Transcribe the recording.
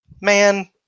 Man